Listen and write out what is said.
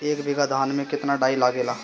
एक बीगहा धान में केतना डाई लागेला?